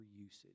usage